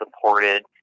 supported